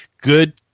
good